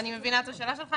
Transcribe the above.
אני מבינה את השאלה שלך.